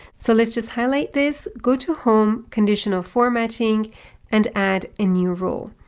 so let's just highlight this, go to home, conditional formatting and add a new rule.